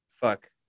fuck